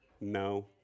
No